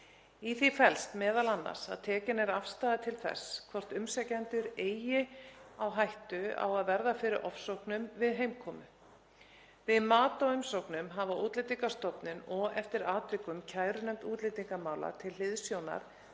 Í því felst m.a. að tekin er afstaða til þess hvort umsækjendur eigi á hættu á að verða fyrir ofsóknum við heimkomu. Við mat á umsóknum hafa Útlendingastofnun og eftir atvikum kærunefnd útlendingamála til hliðsjónar